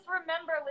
remember